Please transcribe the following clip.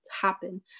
happen